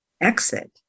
exit